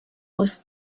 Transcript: aus